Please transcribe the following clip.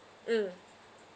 mm